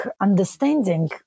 understanding